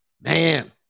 man